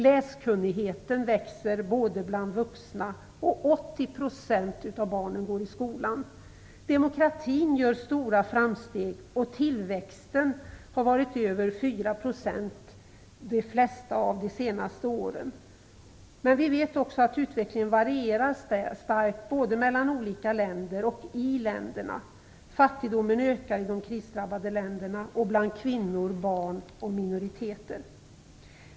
Läskunnigheten växer bland vuxna, och 80 % av barnen går i skolan. Demokratin gör stora framsteg och tillväxten har varit över 4 % de flesta av de senaste åren. Men vi vet också att utvecklingen varierar starkt både mellan olika länder och i länderna. Fattigdomen ökar i de krisdrabbade länderna och bland kvinnor, barn och minoriteter.